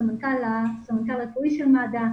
סמנכ"ל רפואי של מד"א,